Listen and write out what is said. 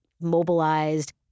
mobilized